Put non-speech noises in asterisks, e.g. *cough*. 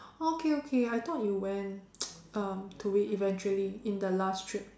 okay okay I thought you went *noise* um to it eventually in the last trip